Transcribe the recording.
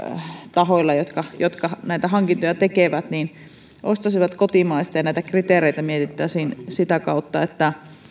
tahoilla jotka jotka näitä hankintoja tekevät jotta he ostaisivat kotimaista ja jotta näitä kriteereitä mietittäisiin sitä kautta että